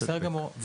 בסדר גמור.